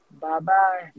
Bye-bye